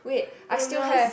goodness